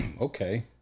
okay